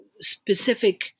specific